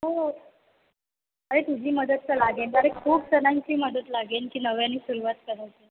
हो अरे तुझी मदत तर लागेल अरे खूप जणांची मदत लागेल की नव्याने सुरवात करायची आहे